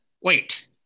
Wait